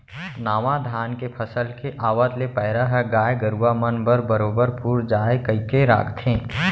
नावा धान के फसल के आवत ले पैरा ह गाय गरूवा मन बर बरोबर पुर जाय कइके राखथें